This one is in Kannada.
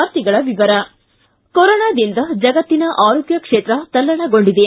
ವಾರ್ತೆಗಳ ವಿವರ ಕೊರೋನಾದಿಂದ ಜಗತ್ತಿನ ಆರೋಗ್ಯ ಕ್ಷೇತ್ರ ತಲ್ಲಣಗೊಂಡಿದೆ